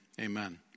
amen